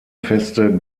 feste